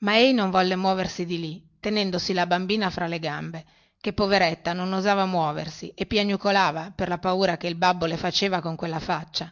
ma ei non volle andarsene dalla cucina tenendosi la bambina fra le gambe la quale poveretta non osava muoversi e piagnuccolava per la paura che il babbo le faceva con quella faccia